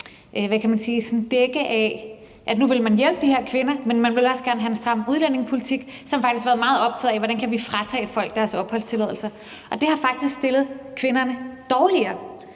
dække af, at man nu ville hjælpe de her kvinder, samtidig med at man også gerne ville have en stram udlændingepolitik, så faktisk har været meget optaget af, hvordan man kan fratage folk deres opholdstilladelser. Og det har faktisk stillet kvinderne dårligere,